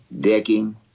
decking